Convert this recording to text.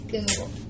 Google